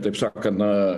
taip sakant na